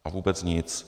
A vůbec nic.